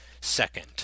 second